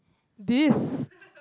this